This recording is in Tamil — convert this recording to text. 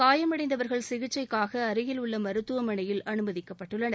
காயமடைந்தவர்கள் சிகிச்சைக்காக அருகில் உள்ள மருத்துவமனையில் அனுமதிக்கப்பட்டுள்ளனர்